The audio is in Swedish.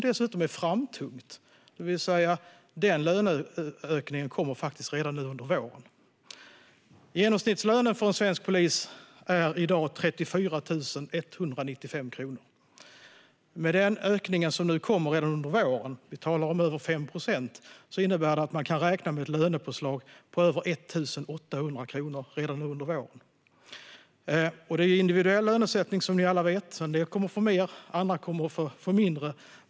Dessutom är det framtungt, det vill säga denna löneökning kommer redan nu under våren. Genomsnittslönen för en svensk polis är i dag 34 195 kronor. Den ökning som nu kommer - vi talar om över 5 procent - innebär att man kan räkna med ett lönepåslag på över 1 800 kronor redan under våren. Det är individuell lönesättning, som ni alla vet. En del kommer att få mer; andra kommer att få mindre.